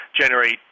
generate